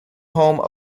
home